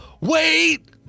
wait